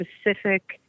specific